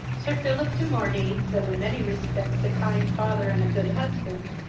sir philip de morney, though in many respects a kind father and a good husband,